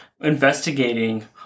investigating